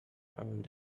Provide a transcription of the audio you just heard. earned